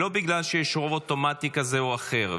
לא בגלל שיש רוב אוטומטי כזה או אחר.